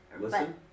Listen